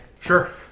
Sure